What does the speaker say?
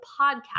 podcast